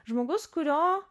žmogus kurio